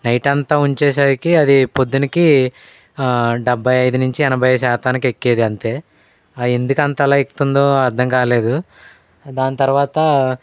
night అంతా ఉంచేసరికి అది ప్రొద్దునకి డెబ్భై ఐదు నుంచి ఎనబై శాతానికి ఎక్కేది అంతే ఎందుకు అంతలా ఎక్కుతుందో అర్థం కాలేదు దాని తరువాత